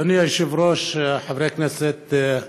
אדוני היושב-ראש, חברי הכנסת,